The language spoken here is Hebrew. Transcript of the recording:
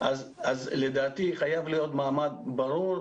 אז לדעתי חייב להיות מעמד ברור,